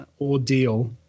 ordeal